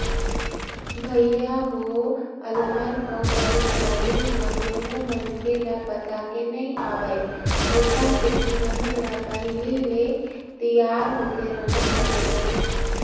भइया हो अलहन अउ परसानी ह कोनो मनखे ल बताके नइ आवय ओखर सेती हमन ल पहिली ले तियार होके रहना चाही